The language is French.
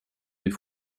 des